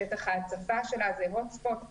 שטח ההצפה שלה עם מגוון ביולוגי.